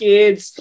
Kids